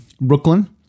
Brooklyn